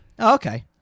Okay